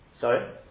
Sorry